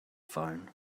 phone